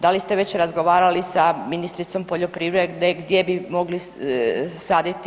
Da li ste već razgovarali sa ministricom poljoprivrede gdje bi mogli saditi